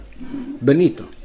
Benito